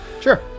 Sure